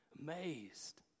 amazed